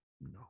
No